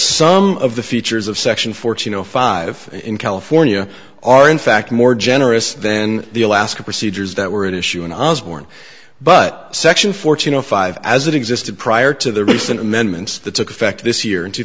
some of the features of section fourteen zero five in california are in fact more generous then the alaska procedures that were an issue and i was born but section fourteen zero five as it existed prior to the recent amendments that took effect this year in two